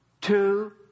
two